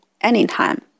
anytime